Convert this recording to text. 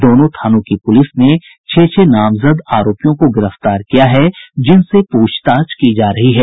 दोनों थानों की पूलिस ने छह छह नामजद आरोपियों को गिरफ्तार किया है जिनसे पूछताछ की जा रही है